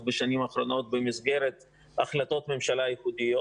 בשנים האחרונות במסגרת החלטות ממשלה ייחודיות.